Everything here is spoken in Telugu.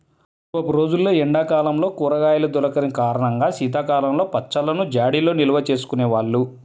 పూర్వపు రోజుల్లో ఎండా కాలంలో కూరగాయలు దొరికని కారణంగా శీతాకాలంలో పచ్చళ్ళను జాడీల్లో నిల్వచేసుకునే వాళ్ళు